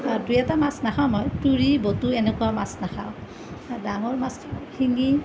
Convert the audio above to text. দুই এটা মাছ নাখাওঁ মই তুৰি বটু এনেকুৱা মাছ নাখাওঁ ডাঙৰ মাছ শিঙি